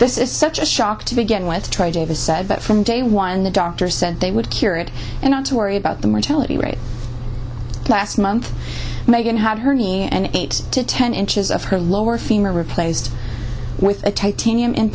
this is such a shock to begin with troy davis said that from day one the doctors said they would cure it and not to worry about the mortality rate last month megan had her knee and eight to ten inches of her lower femur replaced with a titanium